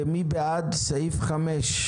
מי בעד סעיף 5,